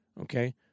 okay